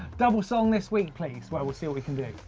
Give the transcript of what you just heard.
double song this week please. well, we'll see what we can do.